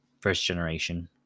first-generation